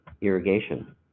irrigation